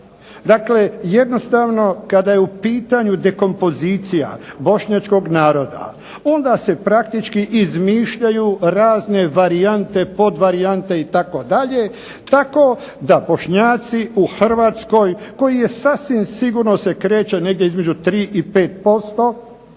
Dakle, jednostavno kada je u pitanju dekompozicija bošnjačkog naroda onda se praktički izmišljaju razne varijante, podvarijante itd. tako da Bošnjaci u Hrvatskoj koji sasvim sigurno se kreće negdje između tri i